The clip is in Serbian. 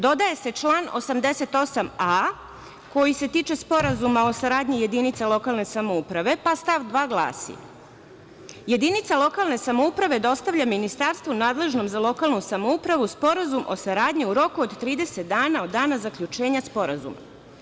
Dodaje se član 88a koji se tiče sporazuma o saradnji jedinice lokalne samouprave, pa stav 2. glasi – jedinica lokalne samouprave dostavlja ministarstvu nadležnom za lokalnu samoupravu sporazum o saradnji u roku od 30 dana od dana zaključenja sporazuma.